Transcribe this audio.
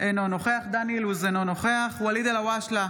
אינו נוכח דן אילוז, אינו נוכח ואליד אלהואשלה,